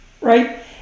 right